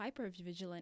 hypervigilant